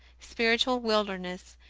spiritual wilderness,